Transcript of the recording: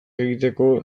egiteko